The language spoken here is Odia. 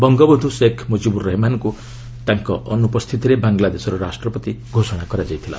ବଙ୍ଗବନ୍ଧ ଶେଖ୍ ମୁଜିବୁର୍ ରେହେମାନଙ୍କୁ ତାଙ୍କ ଅନୁପସ୍ଥିତିରେ ବାଙ୍ଗଲାଦେଶର ରାଷ୍ଟ୍ରପତି ଘୋଷଣା କରାଯାଇଥିଲା